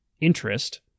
Interest